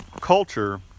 culture